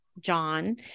John